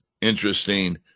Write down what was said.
interesting